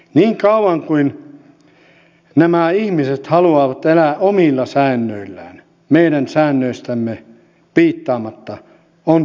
niin kauan kuin nämä ihmiset haluavat elää omilla säännöillään meidän säännöistämme piittaamatta on törmäyksiä luvassa